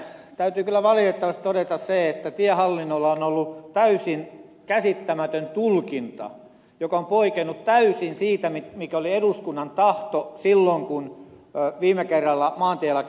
täytyy kyllä valitettavasti todeta se että tiehallinnolla on ollut täysin käsittämätön tulkinta joka on poikennut täysin siitä mikä oli eduskunnan tahto silloin kun viime kerralla maantielaki hyväksyttiin